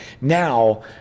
Now